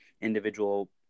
individual